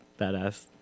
badass